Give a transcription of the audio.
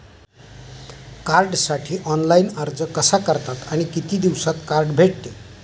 कार्डसाठी ऑनलाइन अर्ज कसा करतात आणि किती दिवसांत कार्ड भेटते?